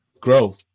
grow